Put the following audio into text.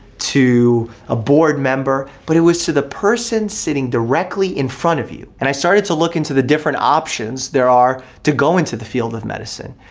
to a board member, but it was to the person sitting directly in front of you. and i started to look into the different options there are to go into the field of medicine.